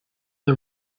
the